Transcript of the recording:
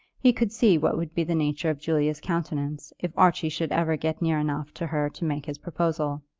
he could see what would be the nature of julia's countenance if archie should ever get near enough to her to make his proposal!